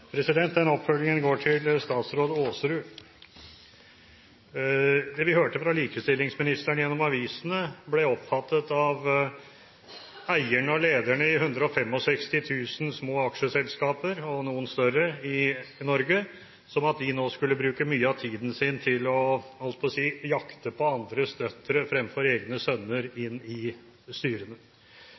likestillingsministeren gjennom avisene, ble oppfattet av eierne og lederne i 165 000 små aksjeselskaper, og noen større, i Norge som at de nå skulle bruke mye av tiden sin til å – jeg holdt på å si – jakte på andres døtre fremfor å ha egne sønner inn i styrene.